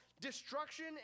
Destruction